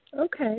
Okay